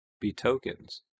betokens